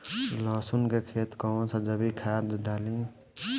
लहसुन के खेत कौन सा जैविक खाद डाली?